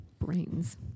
brains